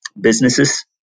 businesses